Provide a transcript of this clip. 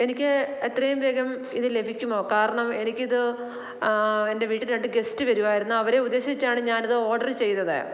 എനിക്ക് എത്രയും വേഗം ഇത് ലഭിക്കുമോ കാരണം എനിക്ക് ഇത് എൻ്റെ വീട്ടിൽ രണ്ടു ഗസ്റ്റ് വരുമായിരുന്നു അവരെ ഉദ്ദേശിച്ചാണ് ഞാൻ ഇത് ഓർഡർ ചെയ്തത്